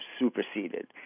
superseded